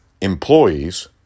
employees